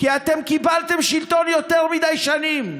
כי אתם קיבלתם שלטון יותר מדי שנים.